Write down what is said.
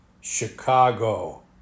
Chicago